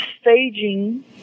staging